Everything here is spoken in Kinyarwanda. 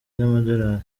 z’amadorali